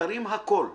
מתרים הכול,